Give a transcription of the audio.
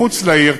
מחוץ לעיר,